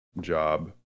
job